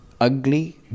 ugly